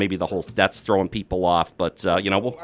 maybe the whole that's thrown people off but you know